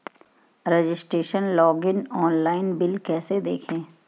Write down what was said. Registration login online bill कैसे देखें?